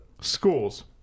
schools